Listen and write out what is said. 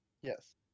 Yes